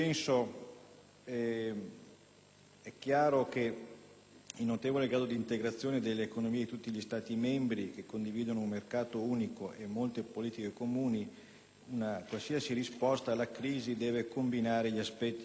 considerato il notevole grado di integrazione dell'economia di tutti gli Stati membri che condividono un mercato unico e molte politiche comuni, una qualsiasi risposta alla crisi deve combinare gli aspetti monetari e creditizi,